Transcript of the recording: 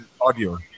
audio